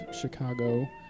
Chicago